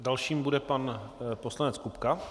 Další bude pan poslanec Kupka.